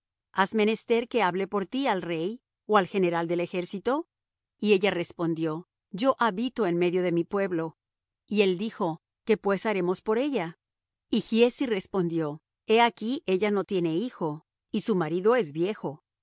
has menester que hable por ti al rey ó al general del ejército y ella respondió yo habito en medio de mi pueblo y él dijo qué pues haremos por ella y giezi respondió he aquí ella no tiene hijo y su marido es viejo